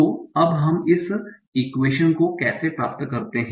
तो अब हम इस इक्वेशन को कैसे प्राप्त करते हैं